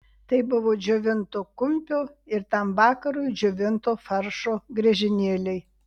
tai buvo džiovinto kumpio ir tam vakarui džiovinto faršo griežinėliai